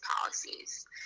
policies